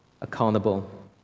accountable